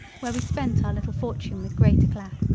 where we spent our little fortune with great eclat.